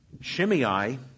Shimei